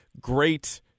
great